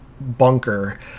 bunker